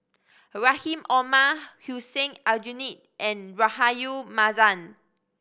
Rahim Omar Hussein Aljunied and Rahayu Mahzam